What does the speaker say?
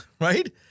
right